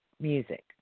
music